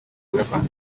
buyapani